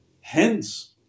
Hence